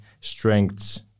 strengths